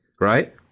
right